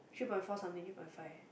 three point four something three point five